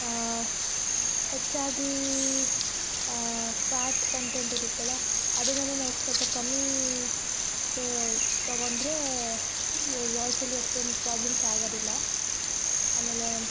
ಆ ಹೆಚ್ಚಾಗಿ fat content ಇರುತ್ತಲ್ಲ ಅದನ್ನೆಲ್ಲ ನಾವು ಸ್ವಲ್ಪ ಕಮ್ಮೀ ಸೇ ತಗೊಂಡರೆ ವಾಯ್ಸ್ ಅಲ್ಲಿ ಅಷ್ಟೊಂದು ಪ್ರಾಬ್ಲಮ್ಸ್ ಆಗದಿಲ್ಲ ಆಮೇಲೆ